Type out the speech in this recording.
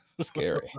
Scary